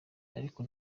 ariko